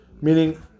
Meaning